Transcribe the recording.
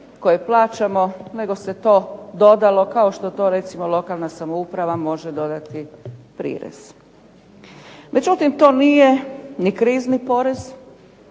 koje plaćamo, nego se to dodalo kao što to recimo lokalna samouprava može dodati prirez. Međutim to nije ni krizni porez,